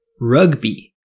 rugby